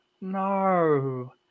No